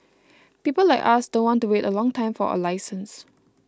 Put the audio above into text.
people like us don't want to wait a long time for a license